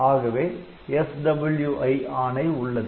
ஆகவே SWI ஆணை உள்ளது